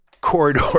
corridor